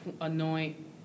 anoint